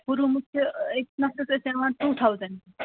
ہُہ روٗمُک چھُ أکِس نفرس أسۍ ہٮ۪وان ٹوٗ تھاوزنٛٹ